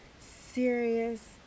serious